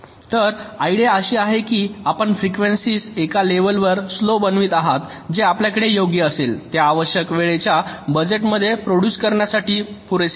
तरआयडिया अशी आहे की आपण फ्रिकवेंसीस एका लेवलवर स्लो बनवित आहात जे आपल्याकडे योग्य असेल त्या आवश्यक वेळेच्या बजेटमध्ये प्रोड्युस करण्यासाठी पुरेसे आहे